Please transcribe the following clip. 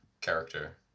character